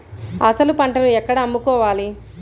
అసలు పంటను ఎక్కడ అమ్ముకోవాలి?